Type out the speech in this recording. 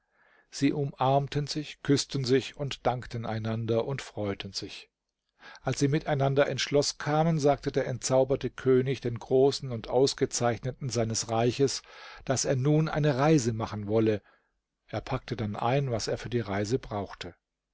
sie umarmten sich küßten sich dankten einander und freuten sich als sie miteinander ins schloß kamen sagte der entzauberte könig den großen und ausgezeichneten seines reichs daß er nun eine reise machen wolle er packte dann ein was er für die reise brauchte